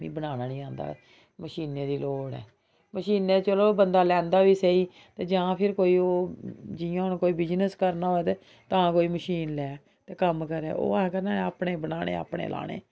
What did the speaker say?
बनाना निं औंदा मशीना दी लोड़ ऐ मशीनां चलो बंदा लैंदा बी सेही जां फ्ही कोई ओह् जि'यां हून कोई बिजनस करना होऐ ते तां कोई मशीन लेऐ ते कम्म करै ओह् आखदे निं कि अपने बनाने अपने लाने